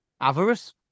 avarice